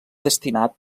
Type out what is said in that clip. destinat